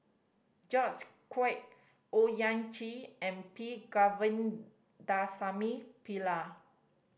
George Quek Owyang Chi and P Govindasamy Pillai